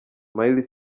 miley